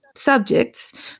subjects